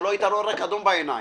הייתם רואים רק אדום בעיניים,